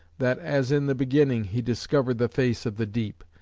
that as in the beginning he discovered the face of the deep,